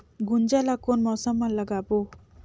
गुनजा ला कोन मौसम मा लगाबो?